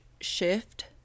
shift